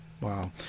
Wow